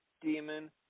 Demon